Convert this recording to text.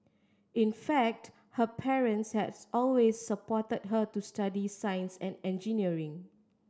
in fact her parents had always supported her to study science and engineering